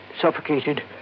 suffocated